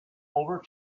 over